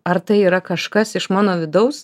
ar tai yra kažkas iš mano vidaus